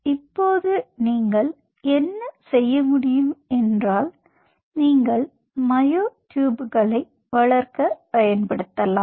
இப்போது நீங்கள் என்ன செய்ய முடியும் என்றால் நீங்கள் மயோட்யூப்களை வளர்க்க பயன்படுத்தலாம்